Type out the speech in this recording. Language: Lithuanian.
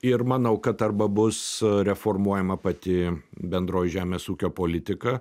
ir manau kad arba bus reformuojama pati bendroji žemės ūkio politika